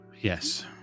Yes